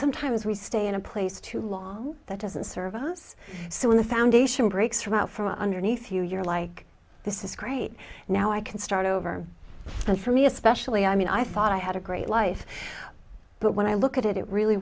sometimes we stay in a place too long that doesn't serve us so when the foundation breaks from out from underneath you you're like this is great now i can start over and for me especially i mean i thought i had a great life but when i look at it it really